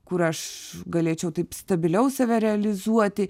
kur aš galėčiau taip stabiliau save realizuoti